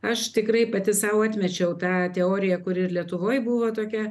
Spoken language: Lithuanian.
aš tikrai pati sau atmečiau tą teoriją kuri ir lietuvoj buvo tokia